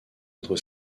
entre